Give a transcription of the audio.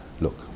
Look